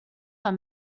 are